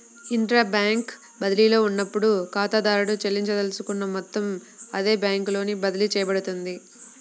intra bank బదిలీలో ఉన్నప్పుడు, ఖాతాదారుడు చెల్లించదలుచుకున్న మొత్తం అదే బ్యాంకులోకి బదిలీ చేయబడుతుంది